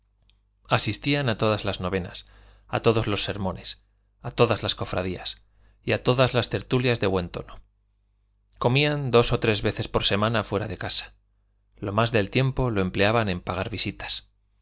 asistían a todas las novenas a todos los sermones a todas las cofradías y a todas las tertulias de buen tono comían dos o tres veces por semana fuera de casa lo más del tiempo lo empleaban en pagar visitas